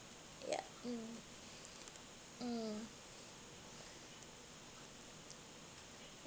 yeah mm mm